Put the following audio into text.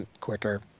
quicker